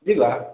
ଯିବା